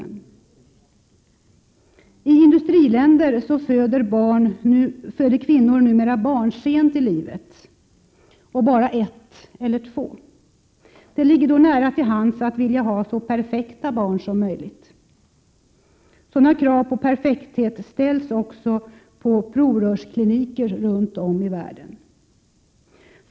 I industriländer föder kvinnor numera barn sent i livet och bara ett eller två. Det ligger då nära till hands att vilja ha så perfekta barn som möjligt. Sådana krav på perfekta barn ställs också på provrörskliniker runt om i världen.